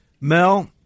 Mel